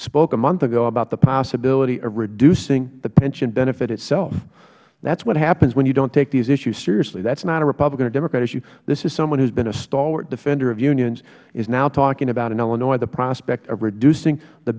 spoke a month ago about the possibility of reducing the pension benefit itself that is what happens when you dont take these issues seriously that is not a republican or democrat issue this is someone who has been a stalwart defender of unions who is now talking about in illinois the prospect of reducing the